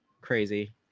crazy